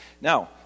Now